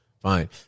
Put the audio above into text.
Fine